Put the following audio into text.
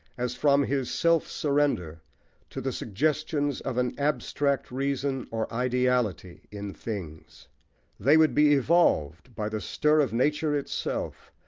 as from his self-surrender to the suggestions of an abstract reason or ideality in things they would be evolved by the stir of nature itself,